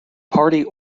party